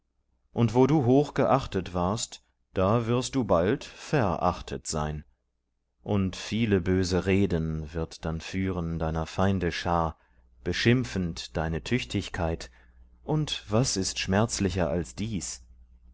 und wo du hoch geachtet warst da wirst du bald verachtet sein und viele böse reden wird dann führen deiner feinde schar beschimpfend deine tüchtigkeit und was ist schmerzlicher als dies